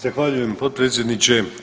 Zahvaljujem potpredsjedniče.